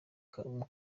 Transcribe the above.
gato